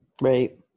right